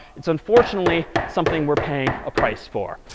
it's unfortunately something we're paying a price for.